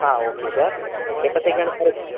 ആ okay sir എപ്പോഴത്തേക്ക് ആണ് സാർ വരുന്നത്